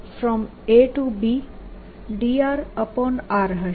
dr0I2πabdrr હશે